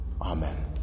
Amen